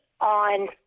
on